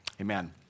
amen